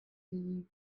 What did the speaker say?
the